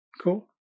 Cool